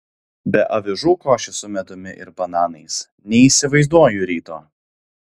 be avižų košės su medumi ir bananais neįsivaizduoju ryto